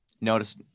Notice